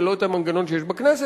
ולא את המנגנון שיש בכנסת,